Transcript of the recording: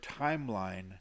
timeline